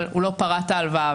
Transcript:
אבל הוא לא פרע את ההלוואה,